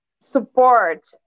support